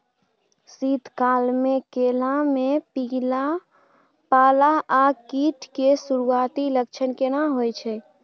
शीत काल में केला में पाला आ कीट के सुरूआती लक्षण केना हौय छै?